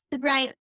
right